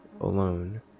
alone